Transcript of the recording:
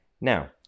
Now